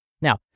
Now